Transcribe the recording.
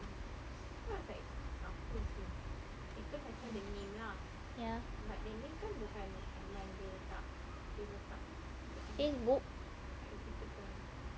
ya facebook